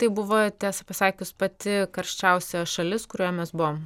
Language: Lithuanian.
tai buvo tiesą pasakius pati karščiausia šalis kurioj mes buvom